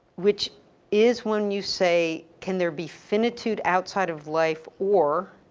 which is when you say can there be finitude outside of life or